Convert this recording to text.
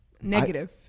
Negative